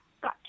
got